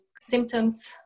symptoms